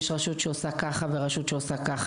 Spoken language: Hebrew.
יש רשות שעושה ככה ורשות שעושה ככה.